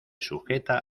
sujeta